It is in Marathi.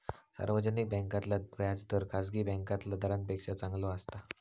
सार्वजनिक बॅन्कांतला व्याज दर खासगी बॅन्कातल्या दरांपेक्षा चांगलो असता